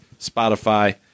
Spotify